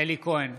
אלי כהן,